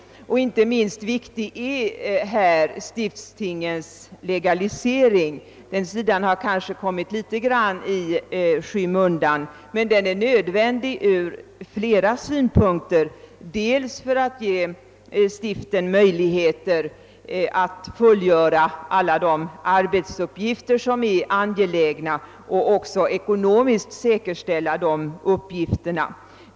Inte minst viktig i detta sammanhang är stiftstingens legalisering. Denna fråga har kanske kommit litet i skymundan, men en legalisering är nödvändig från två synpunkter: dels för att ge stiften möjligheter att fullgöra alla de arbetsuppgifter som är angelägna, dels för att ekonomiskt säkerställa detta arbete.